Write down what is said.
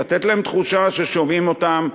לתת להם תחושה ששומעים אותם,